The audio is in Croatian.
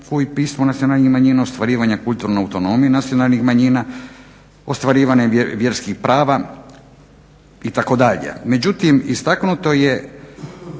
i pismu nacionalnih manjina, ostvarivanja kulturne autonomije nacionalnih manjina, ostvarivane vjerskih prava itd. Međutim, istaknuto je